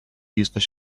used